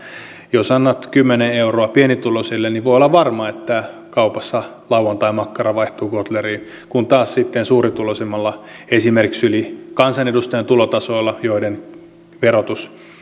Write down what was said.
jos annat kymmenen euroa pienituloisille niin voi olla varma että kaupassa lauantaimakkara vaihtuu gotleriin kun taas sitten suurituloisemmilla esimerkiksi yli kansanedustajan tulotasoilla joiden verotus